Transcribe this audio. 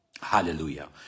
Hallelujah